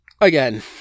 again